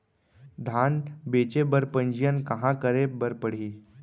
धान बेचे बर पंजीयन कहाँ करे बर पड़ही?